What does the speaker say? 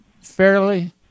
fairly